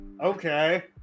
okay